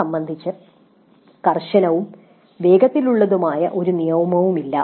ഇത് സംബന്ധിച്ച് കർശനവും വേഗത്തിലുള്ളതുമായ ഒരു നിയമവുമില്ല